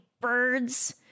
birds